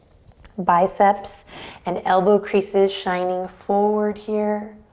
biceps and elbow creases shining forward here.